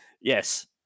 yes